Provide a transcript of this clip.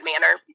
manner